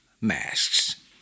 masks